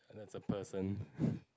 that's a person